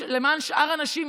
למען שאר הנשים,